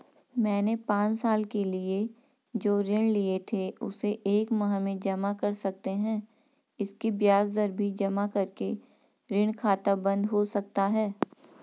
मैंने पांच साल के लिए जो ऋण लिए थे उसे एक माह में जमा कर सकते हैं इसकी ब्याज दर भी जमा करके ऋण खाता बन्द हो सकता है?